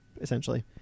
essentially